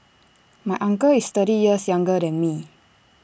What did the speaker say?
my uncle is thirty years younger than me